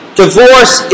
divorce